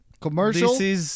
commercial